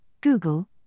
Google